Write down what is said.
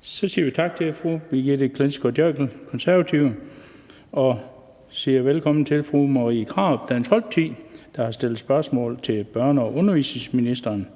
Så siger vi tak til fru Brigitte Klintskov Jerkel, Konservative. Og vi siger velkommen til fru Marie Krarup, Dansk Folkeparti, der har stillet spørgsmål til børne- og undervisningsministeren.